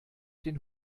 den